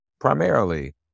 Primarily